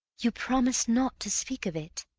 you promise not to speak of it?